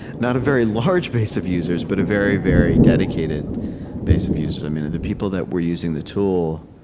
not a very large base of users, users, but a very, very dedicated base of users. i mean, and the people that were using the tool